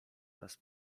raz